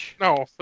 No